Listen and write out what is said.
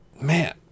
man